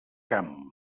camp